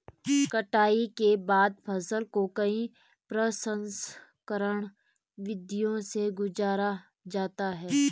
कटाई के बाद फसल को कई प्रसंस्करण विधियों से गुजारा जाता है